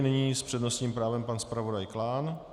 Nyní s přednostním právem pan zpravodaj Klán.